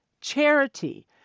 charity